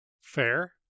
Fair